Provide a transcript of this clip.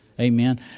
Amen